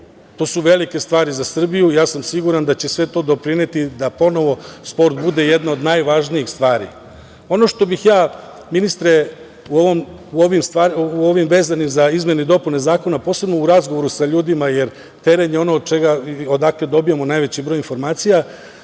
To su velike stvari za Srbiju, ja sam siguran da će sve to doprineti da ponovo sport bude jedna od najvažnijih stvari. Ono što bih ja, ministre, vezano za izmene i dopune Zakona, posebno u razgovoru sa ljudima, jer teren je ono odakle dobijamo najveći broj informacija,